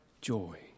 joy